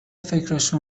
فکرشو